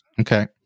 Okay